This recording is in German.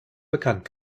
bekannt